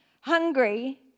hungry